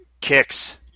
kicks